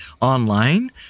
online